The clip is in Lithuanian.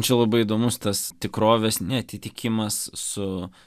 čia labai įdomus tas tikrovės neatitikimas su